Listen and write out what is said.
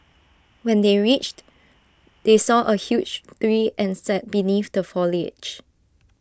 when they reached they saw A huge tree and sat beneath the foliage